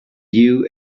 you